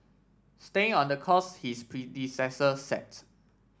staying on the course his predecessor set